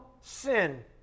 sin